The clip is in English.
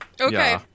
Okay